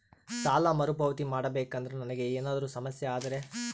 ಸಾಲ ಮರುಪಾವತಿ ಮಾಡಬೇಕಂದ್ರ ನನಗೆ ಏನಾದರೂ ಸಮಸ್ಯೆ ಆದರೆ?